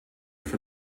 for